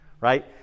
Right